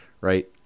right